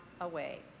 away